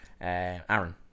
Aaron